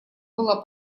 была